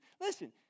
Listen